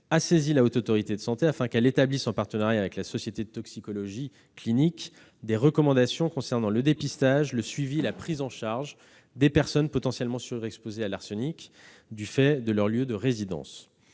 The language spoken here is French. a saisi la Haute Autorité de santé afin qu'elle établisse en partenariat avec la Société de toxicologie clinique des recommandations concernant le dépistage, le suivi et la prise en charge des personnes potentiellement surexposées à l'arsenic du fait de leur lieu de résidence.